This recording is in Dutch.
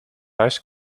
huis